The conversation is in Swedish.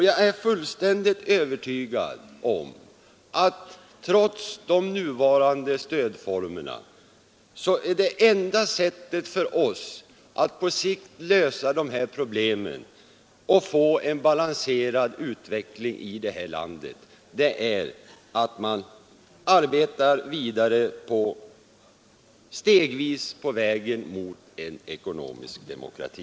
Jag är fullständigt övertygad om att enda sättet för oss — trots de nuvarande stödinsatserna — att på sikt lösa dessa regionala problem och få en balanserad utveckling är att stegvis arbeta vidare på vägen mot en ekonomisk demokrati.